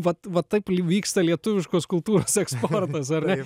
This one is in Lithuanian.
vat vat taip ir vyksta lietuviškos kultūros eksportas ar ne